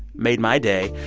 made my day.